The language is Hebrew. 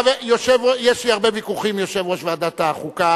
יש לי הרבה ויכוחים עם יושב-ראש ועדת החוקה,